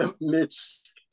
Mitch